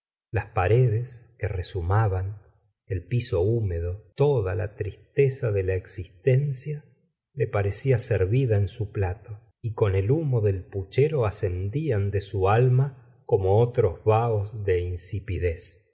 las paredes que rezumaban el piso húmedo toda la tristeza de la existencia le parecía servida en su plato y con el humo del puchero ascendían de su alma como otros vahos de